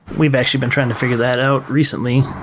we've actually been trying to figure that out recently.